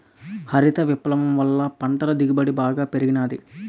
హరిత విప్లవం వల్ల పంటల దిగుబడి బాగా పెరిగినాది